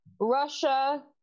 Russia